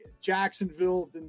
Jacksonville